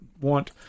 want